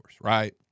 right